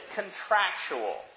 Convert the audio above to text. contractual